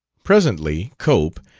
presently cope,